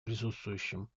присутствующим